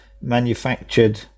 manufactured